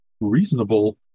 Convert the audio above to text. reasonable